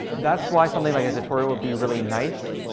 that's why something like a tutorial would be really nice.